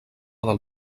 del